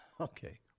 okay